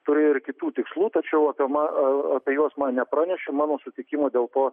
turėjo ir kitų tikslų tačiau apima o apie juos man nepranešė mano sutikimo dėl to